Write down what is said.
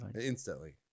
instantly